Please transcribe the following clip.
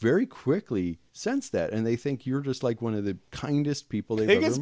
very quickly sense that and they think you're just like one of the kindest people they